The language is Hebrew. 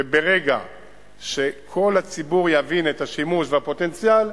וברגע שכל הציבור יבין את השימוש והפוטנציאל,